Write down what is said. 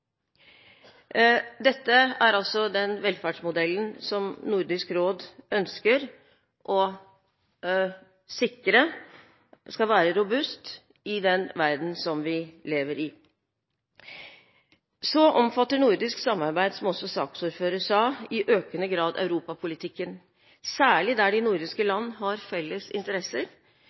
Dette er altså den velferdsmodellen som Nordisk råd ønsker å sikre at skal være robust i den verdenen som vi lever i. Så omfatter nordisk samarbeid, som også saksordføreren sa, i økende grad europapolitikken, særlig der de nordiske land har felles interesser.